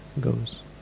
Goes